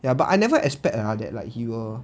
ya but I never expect ah that like he will